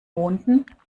monden